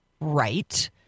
right